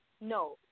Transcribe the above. no